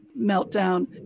meltdown